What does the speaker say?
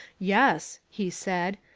yes, he said,